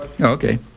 Okay